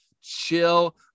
chill